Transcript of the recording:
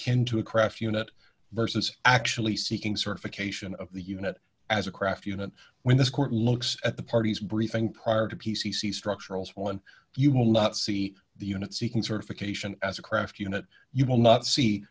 akin to a craft unit versus actually seeking certification of the unit as a craft unit when this court looks at the parties briefing prior to p c c structural one you will not see the unit seeking certification as a craft unit you will not see